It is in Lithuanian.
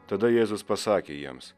tada jėzus pasakė jiems